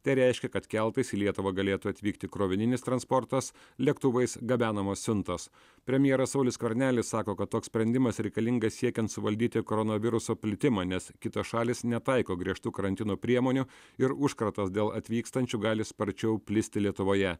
tai reiškia kad keltais į lietuvą galėtų atvykti krovininis transportas lėktuvais gabenamos siuntos premjeras saulius skvernelis sako kad toks sprendimas reikalingas siekiant suvaldyti koronaviruso plitimą nes kitos šalys netaiko griežtų karantino priemonių ir užkratas dėl atvykstančių gali sparčiau plisti lietuvoje